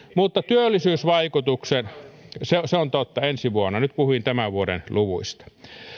mutta työllisyysvaikutukset se se on totta ensi vuonna nyt puhuin tämän vuoden luvuista